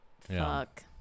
Fuck